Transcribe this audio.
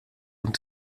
und